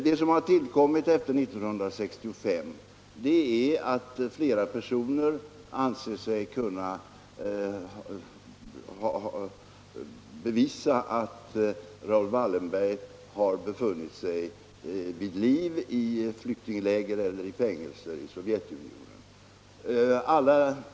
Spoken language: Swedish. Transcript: Det som har tillkommit efter 1965 är att flera personer anser sig kunna bevisa att Raoul Wallenberg har befunnit sig vid liv i flyktingläger eller i fängelser i Sovjetunionen.